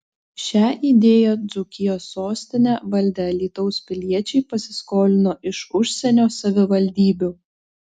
šią idėją dzūkijos sostinę valdę alytaus piliečiai pasiskolino iš užsienio savivaldybių